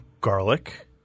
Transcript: garlic